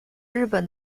日本